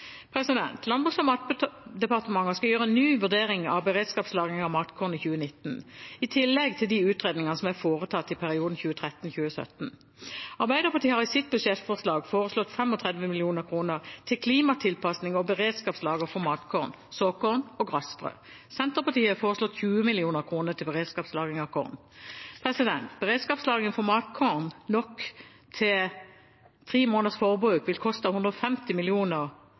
med. Landbruks- og matdepartementet skal gjøre en ny vurdering av beredskapslagring av matkorn i 2019, i tillegg til de utredningene som er foretatt i perioden 2013–2017. Arbeiderpartiet har i sitt budsjettforslag foreslått 35 mill. kr til klimatilpasning og beredskapslager for matkorn, såkorn og grasfrø. Senterpartiet har foreslått 20 mill. kr til beredskapslagring av korn. Beredskapslager for matkorn – nok til tre måneders forbruk – vil koste 150